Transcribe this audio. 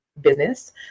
business